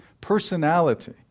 personality